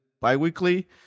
bi-weekly